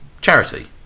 charity